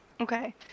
Okay